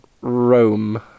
Rome